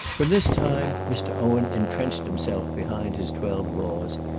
from this time mr. owen entrenched himself behind his twelve laws,